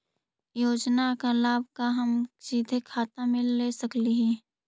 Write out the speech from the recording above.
योजना का लाभ का हम सीधे खाता में ले सकली ही?